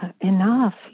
enough